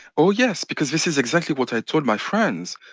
oh, yes, because this is exactly what i told my friends.